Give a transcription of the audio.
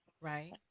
right